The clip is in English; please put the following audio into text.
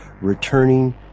returning